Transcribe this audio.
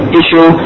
issue